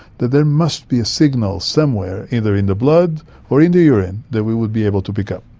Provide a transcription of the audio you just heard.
that there must be a signal somewhere, either in the blood or in the urine that we would be able to pick up.